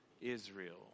Israel